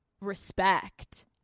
respect